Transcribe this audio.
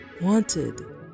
wanted